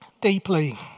deeply